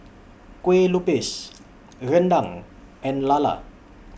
Kueh Lupis Rendang and Lala